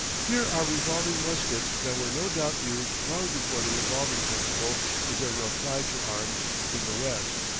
here are revolving muskets that were no doubt used long before the revolving principle was ever applied to arms in the west.